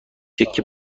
تکه